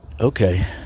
Okay